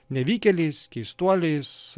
nevykėliais keistuoliais